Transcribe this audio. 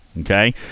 Okay